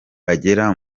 bagera